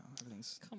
everything's